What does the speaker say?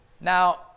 Now